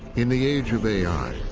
in the age of a i,